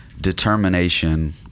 determination